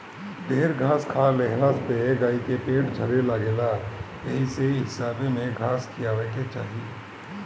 ढेर घास खा लेहला पे गाई के पेट झरे लागेला एही से हिसाबे में घास खियावे के चाही